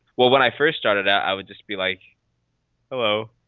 well when i first started out i would just be like hello.